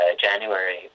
January